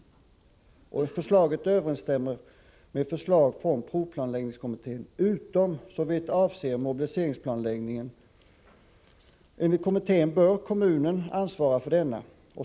Förslaget överensstämmer med förslag från provplanläggningskommittén utom såvitt avser mobiliseringsplanläggningen. Enligt kommittén bör kommunen ansvara för denna.